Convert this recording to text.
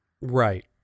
Right